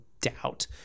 doubt